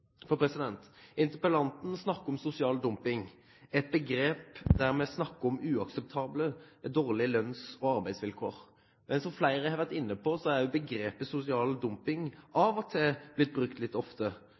Interpellanten snakker om sosial dumping, et begrep hvor vi snakker om uakseptabelt dårlige lønns- og arbeidsvilkår. Men som flere har vært inne på, har begrepet «sosial dumping»